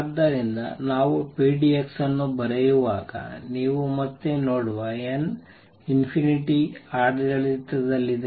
ಆದ್ದರಿಂದ ನಾವು pdx ಅನ್ನು ಬರೆಯುವಾಗ ನೀವು ಮತ್ತೆ ನೋಡುವ n→ ∞ಆಡಳಿತದಲ್ಲಿದೆ